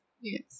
Yes